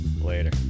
later